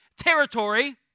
territory